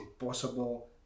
impossible